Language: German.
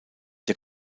der